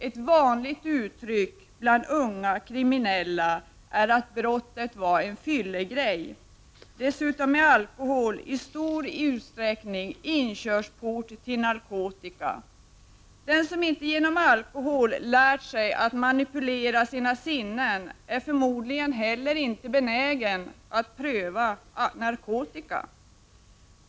Ett vanligt uttryck bland unga kriminella är att brottet var ”en fyllegrej”. Dessutom är alkohol i stor utsträckning inkörsport till narkotika. Den som inte lärt sig att genom alkohol manipulera sina sinnen är förmodligen inte heller benägen att pröva narkotika.